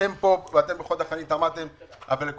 אתם פה ואתם בחוד החנית, אבל כל